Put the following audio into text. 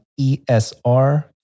ESR